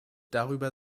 darüber